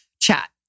chat